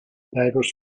divers